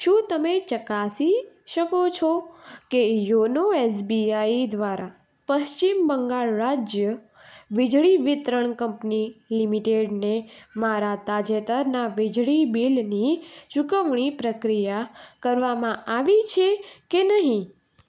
શું તમે ચકાસી શકો છો કે યોનો એસબીઆઇ દ્વારા પશ્ચિમ બંગાળ રાજ્ય વીજળી વિતરણ કંપની લિમિટેડને મારા તાજેતરના વીજળી બિલની ચુકવણી પ્રક્રિયા કરવામાં આવી છે કે નહીં